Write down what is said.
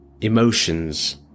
emotions